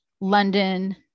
London